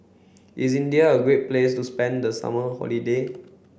is India a great place to spend the summer holiday